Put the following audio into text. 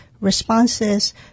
responses